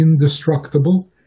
indestructible